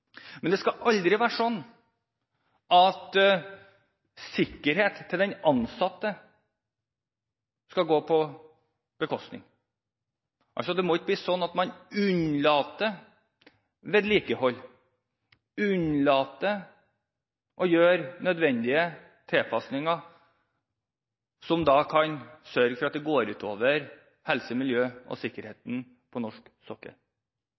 Men det skal aldri være slik at sikkerheten til den ansatte skal gå på bekostning av noe. Det må ikke bli slik at man unnlater å vedlikeholde, unnlater å gjøre nødvendige tilpasninger, for det kan gå ut over helse, miljø og sikkerhet på norsk sokkel.